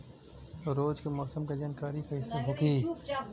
रोज के मौसम के जानकारी कइसे होखि?